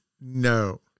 No